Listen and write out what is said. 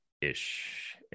ish